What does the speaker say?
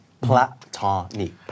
Platonic